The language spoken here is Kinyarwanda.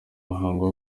muhango